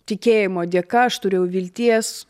tikėjimo dėka aš turėjau vilties